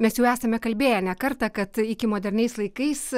mes jau esame kalbėję ne kartą kad iki moderniais laikais